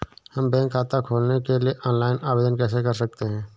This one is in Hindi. हम बैंक खाता खोलने के लिए ऑनलाइन आवेदन कैसे कर सकते हैं?